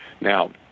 Now